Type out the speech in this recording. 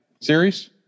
series